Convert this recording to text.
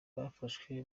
bafashwe